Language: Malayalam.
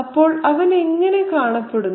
അപ്പോൾ അവൻ എങ്ങനെ കാണപ്പെടുന്നു